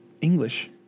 English